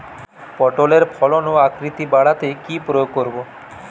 পটলের ফলন ও আকৃতি বাড়াতে কি প্রয়োগ করব?